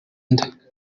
nda